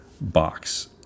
box